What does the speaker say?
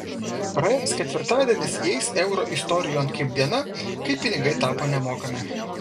praėjęs ketvirtadienis įeis euro istorijon kaip diena kai pinigai tapo nemokami